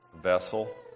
vessel